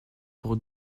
pour